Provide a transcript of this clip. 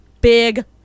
Big